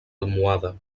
almohade